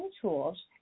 tools